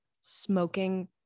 smoking